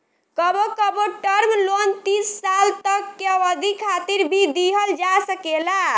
कबो कबो term loan तीस साल तक के अवधि खातिर भी दीहल जा सकेला